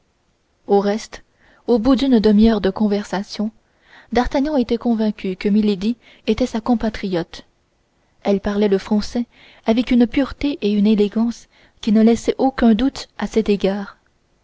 au reste au bout d'une demi-heure de conversation d'artagnan était convaincu que milady était sa compatriote elle parlait le français avec une pureté et une élégance qui ne laissaient aucun doute à cet égard